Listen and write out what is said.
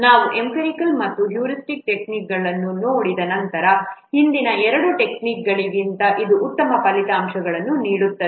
ನಾವು ಎಂಪಿರಿಕಲ್ ಮತ್ತು ಹ್ಯೂರಿಸ್ಟಿಕ್ ಟೆಕ್ನಿಕ್ಗಳನ್ನು ನೋಡಿದ ಹಿಂದಿನ ಎರಡು ಟೆಕ್ನಿಕ್ಗಳಿಗಿಂತ ಇದು ಉತ್ತಮ ಫಲಿತಾಂಶಗಳನ್ನು ನೀಡುತ್ತದೆ